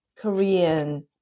Korean